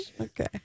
Okay